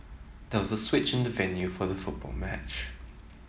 there was a switch in the venue for the football match